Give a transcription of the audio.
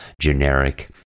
generic